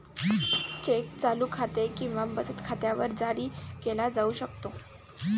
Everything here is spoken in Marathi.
चेक चालू खाते किंवा बचत खात्यावर जारी केला जाऊ शकतो